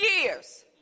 years